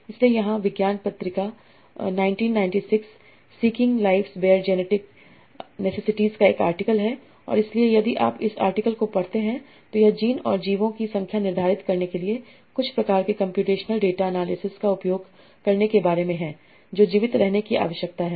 इसलिए यहाँ विज्ञान पत्रिका 1996 seeking life bare genetic necessities का एक आर्टिकल है और इसलिए यदि आप इस आर्टिकल को पढ़ते हैं तो यह जीन और जीवों की संख्या निर्धारित करने के लिए कुछ प्रकार के कम्प्यूटेशनल डेटा अनालिसिस का उपयोग करने के बारे में है जो जीवित रहने की आवश्यकता है